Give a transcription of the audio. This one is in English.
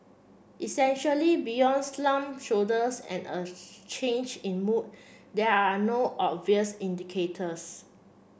essentially beyond slumped shoulders and a change in mood there are no obvious indicators